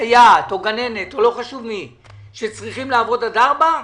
סייעת או גננת או לא חשוב מי שצריכה לעבוד עד 4:00,